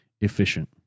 efficient